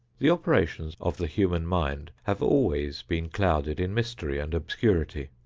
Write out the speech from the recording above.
the operations of the human mind have always been clouded in mystery and obscurity.